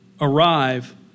arrive